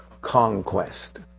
conquest